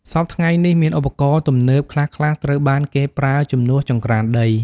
សព្វថ្ងៃនេះ មានឧបករណ៍ទំនើបខ្លះៗត្រូវបានគេប្រើជំនួសចង្ក្រានដី។